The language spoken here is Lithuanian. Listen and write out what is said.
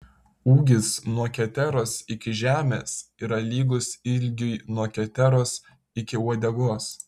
ūgis nuo keteros iki žemės yra lygus ilgiui nuo keteros iki uodegos